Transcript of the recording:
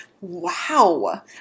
Wow